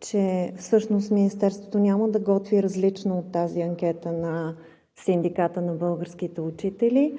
че всъщност Министерството няма да готви различна от анкетата на Синдиката на българските учители,